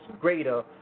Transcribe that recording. greater